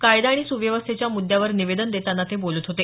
कायदा आणि सुव्यवस्थेच्या मुद्यावर निवेदन देताना ते बोलत होते